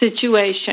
situation